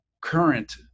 current